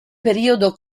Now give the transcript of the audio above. periodo